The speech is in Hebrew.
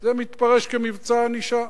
זה מתפרש כמבצע ענישה.